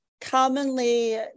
commonly